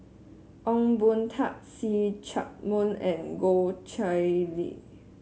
Ong Boon Tat See Chak Mun and Goh Chiew Lye